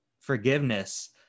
forgiveness